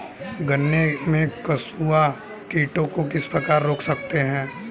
गन्ने में कंसुआ कीटों को किस प्रकार रोक सकते हैं?